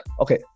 okay